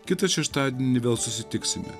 kitą šeštadienį vėl susitiksime